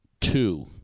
two